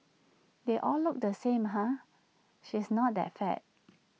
they all look the same ah she's not that fat